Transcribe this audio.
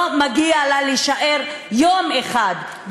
לא מגיע לה להישאר יום אחד,